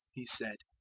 he said,